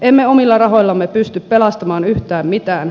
emme omilla rahoillamme pysty pelastamaan yhtään mitään